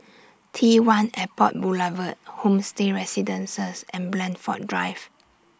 T one Airport Boulevard Homestay Residences and Blandford Drive